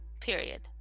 Period